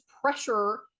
pressure